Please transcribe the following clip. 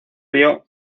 río